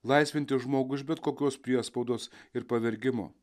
laisvinti žmogų iš bet kokios priespaudos ir pavergimo